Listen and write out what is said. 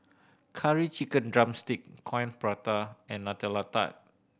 Curry Chicken drumstick Coin Prata and Nutella Tart